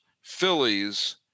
Phillies